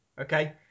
Okay